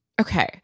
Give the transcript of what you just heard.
Okay